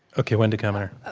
okay, wendy kaminer.